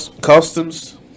customs